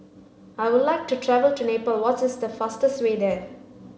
I would like to travel to Nepal what's is the fastest way there